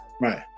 right